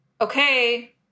okay